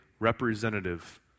representative